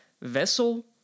Vessel